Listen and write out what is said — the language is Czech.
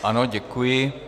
Ano, děkuji.